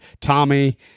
Tommy